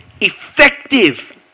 effective